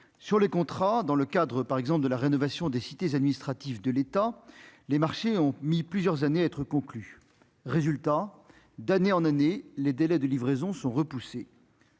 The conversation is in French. sur les contrats dans le cadre par exemple de la rénovation des cités administratives de l'État, les marchés ont mis plusieurs années être conclu résultat d'année en année, les délais de livraison sont repoussés.